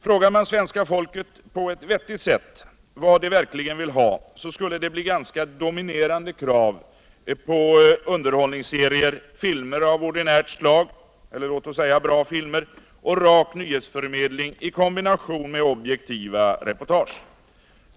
Frågar man svenska folket på ett vettigt sätt vad man verkligen vill ha, skulle det bli ganska dominerande krav på underhållningsserier, filmer av ordinärt slag — eller låt oss säga bra filmer — och rak nyhetsförmedling i kombination med subjektiva reportage.